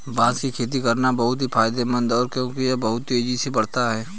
बांस की खेती करना बहुत ही फायदेमंद है क्योंकि यह बहुत तेजी से बढ़ता है